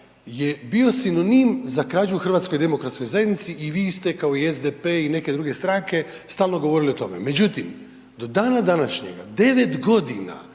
je bio sinonim za krađu HDZ-u i vi ste kao i SDP i neke druge stranke stalno govorili o tome. Međutim, do dana današnjega 9 godina